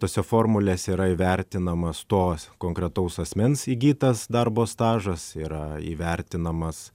tose formulėse yra įvertinamas tos konkretaus asmens įgytas darbo stažas yra įvertinamas